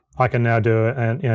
i can now do an